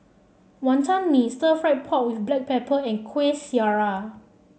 Wonton Mee Stir Fried Pork with Black Pepper and Kuih Syara